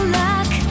luck